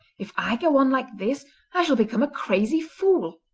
if i go on like this i shall become a crazy fool.